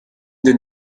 den